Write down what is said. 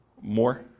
More